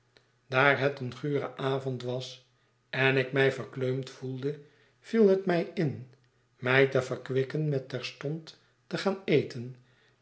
daar het een gure avond was en ik mij verkleumd voelde viel het mij in mij te verkwikken met terstond te gaan eten